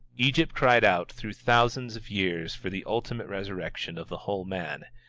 egypt cried out through thousands of years for the ultimate resurrection of the whole man,